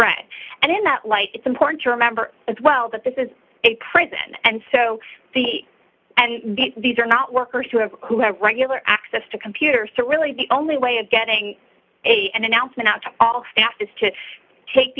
rent and in that light it's important to remember as well that this is a prison and so the and get these are not workers who have who have regular access to computers so really the only way of getting a an announcement out to all staff is to take